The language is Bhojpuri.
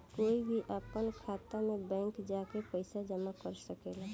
कोई भी आपन खाता मे बैंक जा के पइसा जामा कर सकेला